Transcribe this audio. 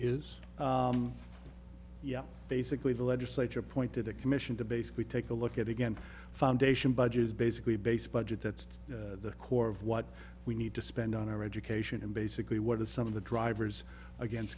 is yeah basically the legislature appointed a commission to basically take a look at again foundation budget is basically based budget that's the core of what we need to spend on our education and basically what are some of the drivers against